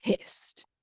pissed